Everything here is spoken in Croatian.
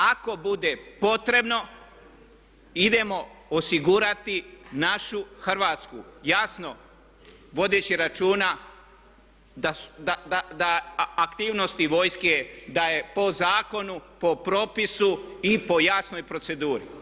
Ako bude potrebno idemo osigurati našu Hrvatsku jasno vodeći računa da aktivnosti vojske da je po zakonu, po propisu i po jasnoj proceduri.